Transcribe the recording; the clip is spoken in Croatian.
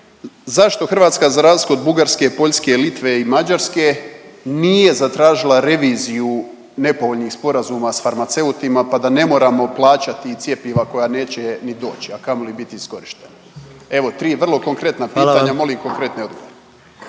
zašto Hrvatska, za razliku od Bugarske, Poljske, Litve i Mađarske nije zatražila reviziju nepovoljnih sporazuma s farmaceutima pa da ne moramo plaćati cjepiva koja neće ni doći, a kamoli biti iskorištena? Evo, 3 vrlo konkurentna pitanja… .../Upadica: